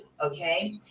okay